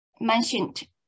mentioned